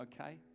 Okay